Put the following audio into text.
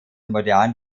modern